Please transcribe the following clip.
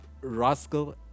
Rascal